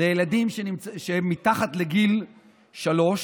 לילדים מתחת לגיל שלוש